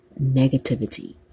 negativity